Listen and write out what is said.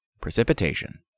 Precipitation